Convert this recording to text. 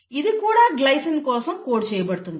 ఇది కూడా గ్లైసిన్ కోసం కోడ్ చేయబడుతుంది